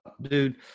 Dude